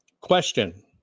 Question